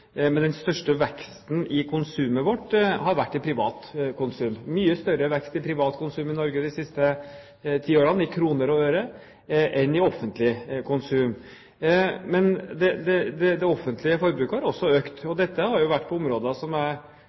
men den største veksten i konsumet vårt har vært i privat konsum. Det har vært mye større vekst i privat konsum i Norge de siste ti årene i kroner og øre enn i offentlig konsum. Men det offentlige forbruket har også økt, og dette har vært på områder